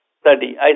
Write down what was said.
study